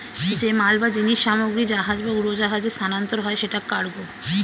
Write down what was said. যে মাল বা জিনিস সামগ্রী জাহাজ বা উড়োজাহাজে স্থানান্তর হয় সেটা কার্গো